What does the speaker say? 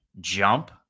jump